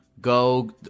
go